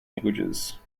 languages